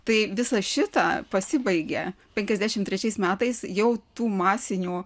tai visa šita pasibaigė penkiasdešimt trečiais metais jau tų masinių